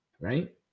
right